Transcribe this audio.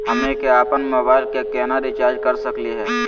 हमनी के अपन मोबाइल के केना रिचार्ज कर सकली हे?